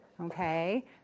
okay